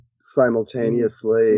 simultaneously